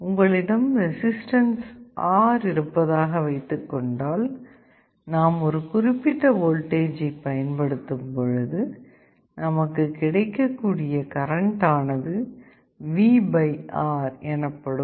உங்களிடம் resistance R இருப்பதாக வைத்துக்கொண்டால் நாம் ஒரு குறிப்பிட்ட வோல்டேஜ் பயன்படுத்தும்பொழுது நமக்கு கிடைக்கக்கூடிய கரண்ட் ஆனது V R எனப்படும்